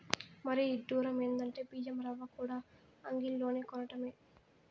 మరీ ఇడ్డురం ఎందంటే బియ్యం రవ్వకూడా అంగిల్లోనే కొనటమే